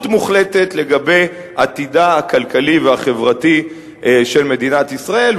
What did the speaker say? מוחלטת לגבי עתידה הכלכלי והחברתי של מדינת ישראל.